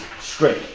straight